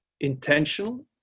intentional